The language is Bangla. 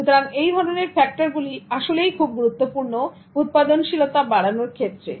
সুতরাং এই ধরনের ফ্যাক্টর গুলি আসলেই খুব গুরুত্বপূর্ণ উৎপাদনশীলতা বাড়ানোর ক্ষেত্রে